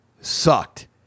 sucked